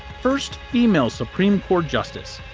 first female supreme court justice?